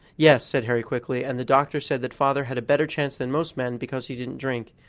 yes, said harry quickly, and the doctor said that father had a better chance than most men, because he didn't drink.